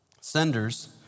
Senders